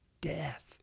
death